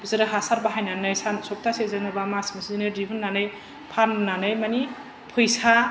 बिसोरो हासार बाहायनानै सान सप्तासेजोंनो बा मास मोनसेजोंनो दिहुननानै फाननानै मानि फैसा